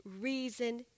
reason